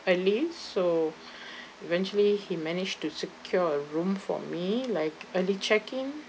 early so eventually he managed to secure a room for me like early check in